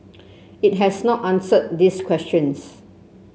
it has not answered these questions